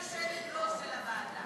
יושבת-ראש של הוועדה.